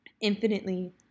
infinitely